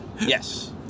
Yes